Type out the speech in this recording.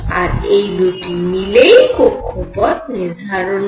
আর এই দুটি মিলেই কক্ষপথ নির্ধারণ করবে